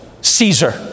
Caesar